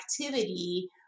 activity